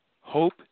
Hope